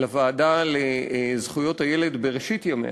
לוועדה לזכויות הילד בראשית ימיה,